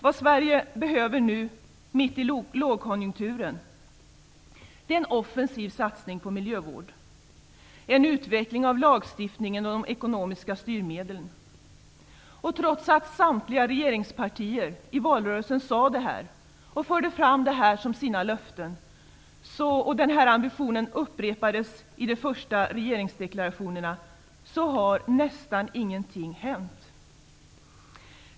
Vad Sverige behöver nu mitt i lågkonjunkturen är en offensiv satsning på miljövård, en utveckling av lagstiftningen och de ekonomiska styrmedlen. Trots att samtliga regeringspartier i valrörelsen sade det här och förde fram det som sina vallöften -- och den ambitionen upprepades i de första regeringsdeklarationerna -- har nästan ingenting hänt.